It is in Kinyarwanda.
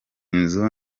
nzu